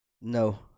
No